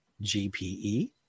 GPE